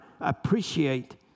appreciate